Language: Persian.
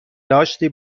داشتی